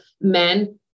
Men